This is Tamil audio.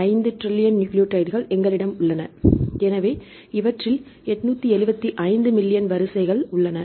5 டிரில்லியன் நியூக்ளியோடைடுகள் எங்களிடம் உள்ளன எனவே இவற்றில் 875 மில்லியன் வரிசைகள் உள்ளன